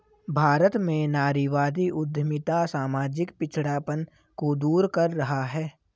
भारत में नारीवादी उद्यमिता सामाजिक पिछड़ापन को दूर कर रहा है